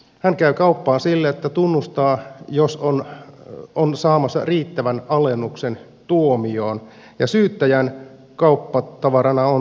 hän käy kauppaa sillä että tunnustaa jos on saamassa riittävän alennuksen tuomioon ja syyttäjän kauppatavarana on tämä tuomion lieventäminen